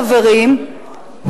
חברים,